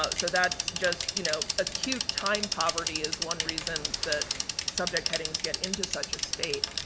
ah so, that's just, you know, acute time poverty is one reason that subject headings get into such a state.